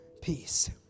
peace